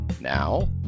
Now